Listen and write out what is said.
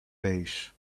pace